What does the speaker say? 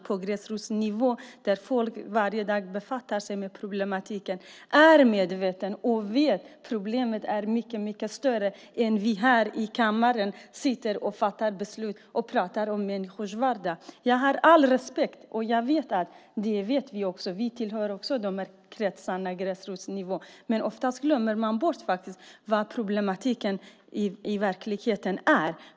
På gräsrotsnivå där folk varje dag befattar sig med problematiken är man medveten om att problemet är mycket större än vi här i kammaren tror som sitter och fattar beslut och pratar om människors vardag. Vi tillhör också kretsarna på gräsrotsnivå, men oftast glömmer man bort vad problematiken i verkligheten är.